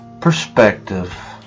perspective